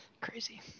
Crazy